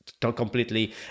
completely